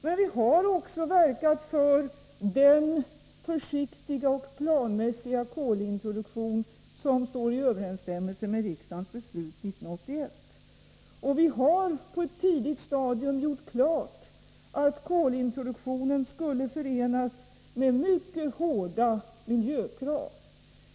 Men vi har också verkat för den försiktiga och planmässiga kolintroduktion som står i överensstämmelse med riksdagens beslut 1981, och vi har på ett tidigt stadium gjort klart att kolintroduktionen skulle förenas med mycket hårda miljökrav.